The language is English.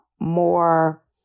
more